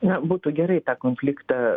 na būtų gerai tą konfliktą